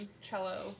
cello